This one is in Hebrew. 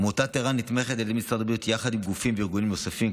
עמותת ער"ן נתמכת על ידי משרד הבריאות יחד עם גופים וארגונים נוספים,